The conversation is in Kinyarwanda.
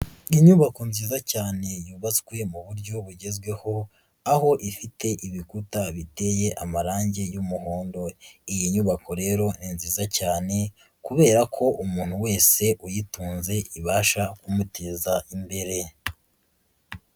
Inyubako nziza cyane yubatswe mu buryo bugezweho, aho ifite ibikuta biteye amarangi y'umuhondo, iyi nyubako rero ni nziza cyane kubera ko umuntu wese uyitunze ibasha kumuteza imbere.